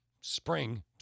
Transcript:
Spring